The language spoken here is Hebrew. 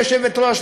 גברתי היושבת-ראש,